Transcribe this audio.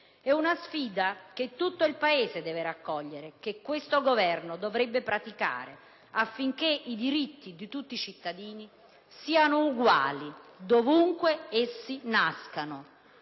È una sfida che tutto il Paese deve raccogliere e che questo Governo dovrebbe praticare, affinché i diritti di tutti i cittadini siano uguali dovunque essi nascano.